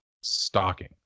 Stalking